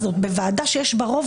בוועדה שיש בה רוב